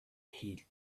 heat